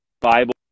bible